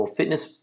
Fitness